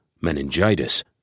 meningitis